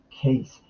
case